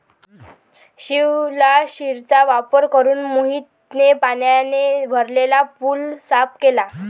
शिवलाशिरचा वापर करून मोहितने पाण्याने भरलेला पूल साफ केला